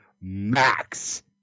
max